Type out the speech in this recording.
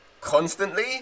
constantly